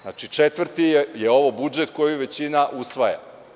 Znači, ovo je četvrti budžet koji većina usvaja.